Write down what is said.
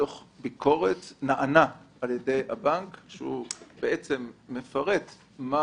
דוח ביקורת נענה על ידי הבנק בכך כשהוא מפרט מה